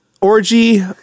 orgy